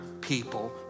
people